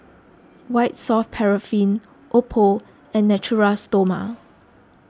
White Soft Paraffin Oppo and Natura Stoma